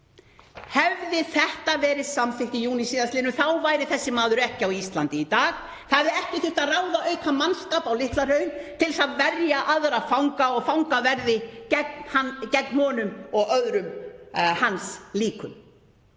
Hefði þetta verið samþykkt í júní síðastliðnum þá væri þessi maður ekki á Íslandi í dag. Það hefði ekki þurft að ráða aukamannskap á Litla-Hraun til að verja aðra fanga og fangaverði gegn honum og öðrum hans líkum.